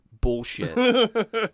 bullshit